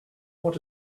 want